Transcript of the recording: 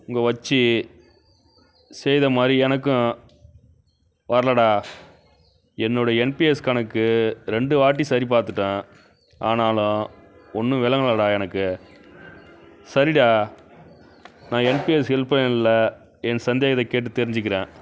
இங்கே வச்சு செய்த மாதிரி எனக்கும் வரலடா என்னுடைய என்பிஎஸ் கணக்கு ரெண்டுவாட்டி சரி பார்த்துட்டேன் ஆனாலும் ஒன்றும் விளங்கலடா எனக்கு சரிடா நான் என்பிஎஸ் ஹெல்ப் லயனில் என் சந்தேகத்தை கேட்டுத் தெரிஞ்சுக்கிறேன்